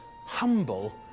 humble